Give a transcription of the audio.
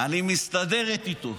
אני מסתדרת איתו,